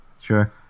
sure